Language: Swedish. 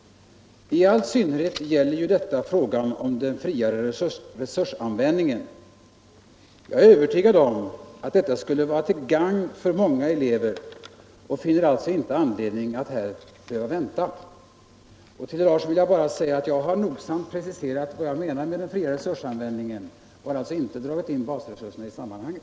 I all synnerhet gäller detta frågan om den friare resursanvändningen. Jag är övertygad om att detta skulle vara till gagn för många elever och finner alltså inte anledning att vi skall behöva vänta. Till herr Larsson i Staffanstorp vill jag bara säga att jag nogsamt preciserat vad jag menar med den fria resursanvändningen, och jag har alltså inte dragit in basresurserna i sammanhanget.